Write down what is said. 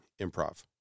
improv